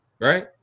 right